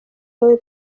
wabaye